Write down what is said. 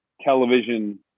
television